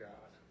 God